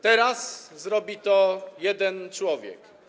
Teraz zrobi to jeden człowiek.